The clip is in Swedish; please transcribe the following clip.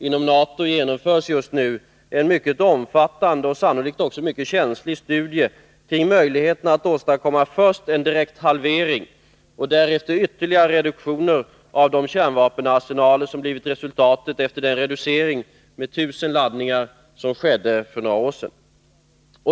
Inom NATO genomförs just nu en mycket omfattande och sannolikt också mycket känslig studie kring möjligheten att åstadkomma först en direkt halvering och därefter ytterligare reduktioner av de kärnvapenarsenaler som har blivit kvar efter den reducering med 1 000 laddningar som skedde för några år sedan.